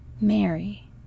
Mary